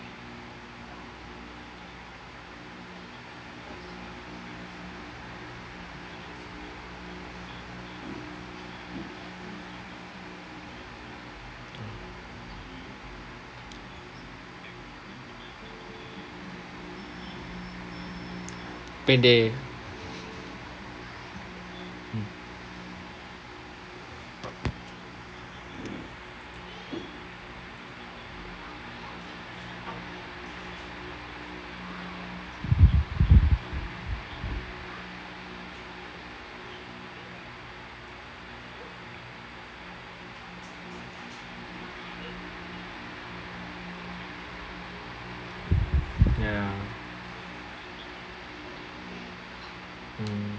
payday ya mm